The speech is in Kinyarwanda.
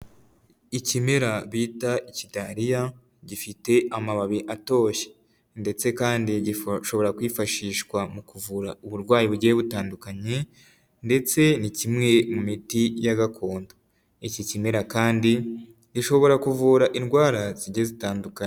Ikimera bita ikidariya, gifite amababi atoshye, ndetse kandi gishobora kwifashishwa mu kuvura uburwayi bugiye butandukanye, ndetse ni kimwe mu miti ya gakondo, iki kimera kandi gishobora kuvura indwara zigiye zitandukanye.